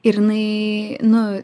ir jinai nu